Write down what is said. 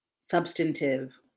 substantive